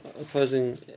opposing